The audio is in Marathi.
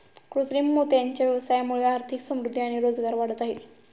कृत्रिम मोत्यांच्या व्यवसायामुळे आर्थिक समृद्धि आणि रोजगार वाढत आहे